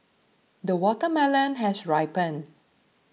the watermelon has ripened